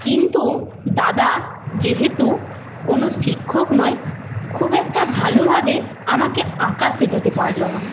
কিন্তু দাদা যেহেতু কোনো শিক্ষক নয় খুব একটা ভালোভাবে আমাকে আঁকা শেখাতে পারলো না